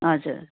हजुर